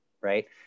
right